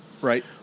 Right